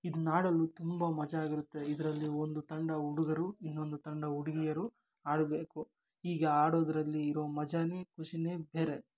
ಇದನ್ನಾಡಲು ತುಂಬ ಮಜವಾಗಿರುತ್ತೆ ಇದರಲ್ಲಿ ಒಂದು ತಂಡ ಹುಡುಗರು ಇನ್ನೊಂದು ತಂಡ ಹುಡುಗಿಯರು ಆಡಬೇಕು ಹೀಗೆ ಆಡೋದರಲ್ಲಿ ಇರೋ ಮಜನೇ ಖುಷಿನೇ ಬೇರೆ